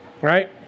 right